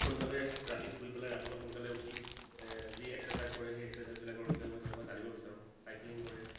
সোনকালে ৰাতি শুই পেলাই ৰাতিপুৱা সোনকালে উঠি যি এক্সাৰচাইজ কৰে সেই এক্সাৰচাইজ বিলাকৰ বিষয়ে মই তেওঁৰ পৰা জানিব বিচাৰোঁ চাইক্লিং কৰে